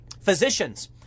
Physicians